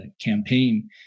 campaign